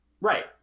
Right